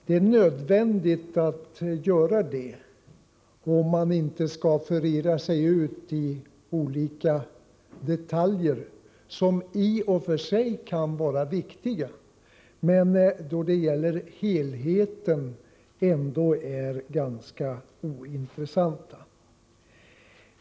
Det är nödvändigt att göra det om man inte skall förirra sig ut i olika detaljer som i och för sig kan vara viktiga men som då det gäller helheten ändå är ganska ointressanta.